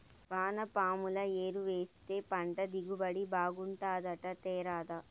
వానపాముల ఎరువేస్తే పంట దిగుబడి బాగుంటాదట తేరాదా